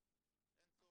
ואין צורך.